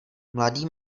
mladý